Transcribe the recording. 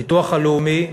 הביטוח הלאומי,